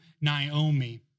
Naomi